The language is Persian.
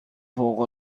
فوق